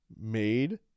made